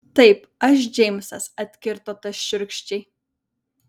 taip aš džeimsas atkirto tas šiurkščiai